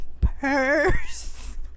Purse